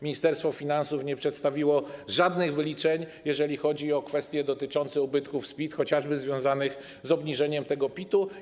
Ministerstwo Finansów nie przedstawiło żadnych wyliczeń, jeżeli chodzi o kwestie dotyczące ubytków w przypadku PIT, chociażby związanych z obniżeniem tego PIT-u.